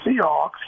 Seahawks